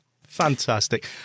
Fantastic